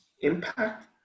impact